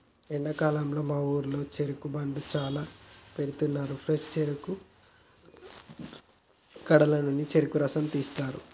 ఎండాకాలంలో మా ఊరిలో చెరుకు బండ్లు చాల పెడతారు ఫ్రెష్ చెరుకు గడల నుండి చెరుకు రసం తీస్తారు